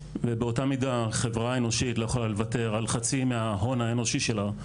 ובאותה מידה החברה האנושית לא יכולה לוותר על חצי מההון האנושי שלה.